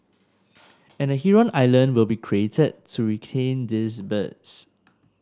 and a heron island will be created to retain these birds